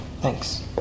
Thanks